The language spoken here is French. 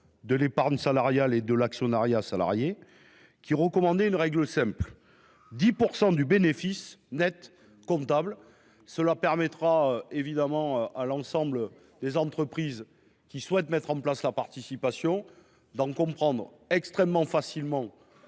de l’épargne salariale et de l’actionnariat salarié, qui recommande une règle simple, à savoir 10 % du bénéfice net comptable. Cette formule permettrait à l’ensemble des entreprises souhaitant mettre en place la participation d’en comprendre extrêmement facilement